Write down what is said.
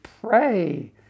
pray